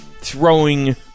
throwing